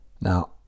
Now